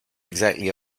exactly